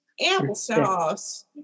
applesauce